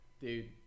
Dude